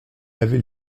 avait